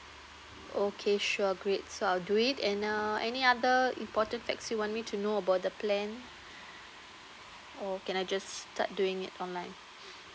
okay sure great so I'll do it and uh any other important facts you want me to know about the plan or can I just start doing it online